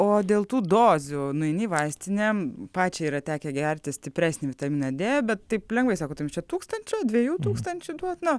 o dėl tų dozių nueini į vaistinę pačiai yra tekę gerti stipresnį vitaminą d bet taip lengvai sako tai jums čia tūkstančio dviejų tūkstančių duot nu